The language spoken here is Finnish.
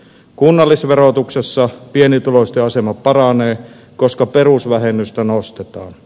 kunnallisverotuksessa pienituloisten asema paranee koska perusvähennystä nostetaan